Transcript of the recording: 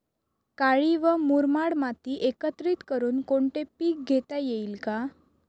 काळी व मुरमाड माती एकत्रित करुन कोणते पीक घेता येईल का?